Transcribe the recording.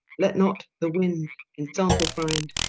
let not the winde example finde,